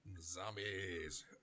Zombies